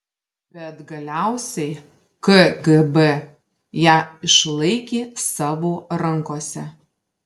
bet galiausiai kgb ją išlaikė savo rankose